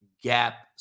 gap